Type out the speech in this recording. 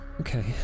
Okay